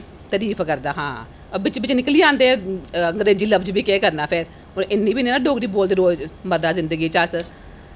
तरीफ करदा हां बिच्च बिच्च निकली जंदे अंग्रेजी शब्द बी केह् करना फिर पर इन्नी बी नेईं नां डोगरी बोलदे रोजमरा जिन्दगी बिच्च अस